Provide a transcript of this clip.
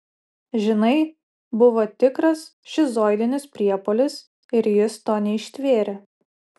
žinai buvo tikras šizoidinis priepuolis ir jis to neištvėrė